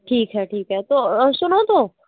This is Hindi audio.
ठीक है ठीक है तो सुनो तो